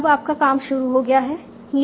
अब आपका काम शुरू हो गया है